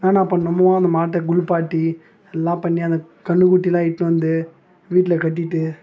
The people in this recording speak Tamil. என்னென்னா பண்ணணுமோ அந்த மாட்டை குளுப்பாட்டி எல்லாம் பண்ணி அந்த கன்னு குட்டிலாம் இட்டுனு வந்து வீட்டில் கட்டிகிட்டு